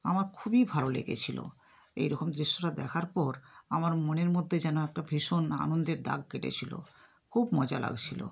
আমার খুবই ভালো লেগেছিল এই রকম দৃশ্যটা দেখার পর আমার মনের মধ্যে যেন একটা ভীষণ আনন্দের দাগ কেটেছিল খুব মজা লাগছিল